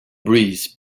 breeze